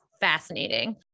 fascinating